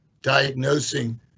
diagnosing